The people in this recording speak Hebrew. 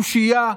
תושייה,